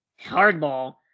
Hardball